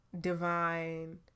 Divine